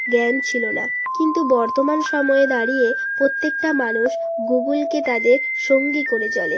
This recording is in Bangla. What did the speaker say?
জ্ঞান ছিলো না কিন্তু বর্তমান সময়ে দাঁড়িয়ে প্রত্যেকটা মানুষ গুগুলকে তাদের সঙ্গী করে চলে